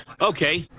Okay